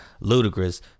ludicrous